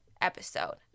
episode